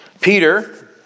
Peter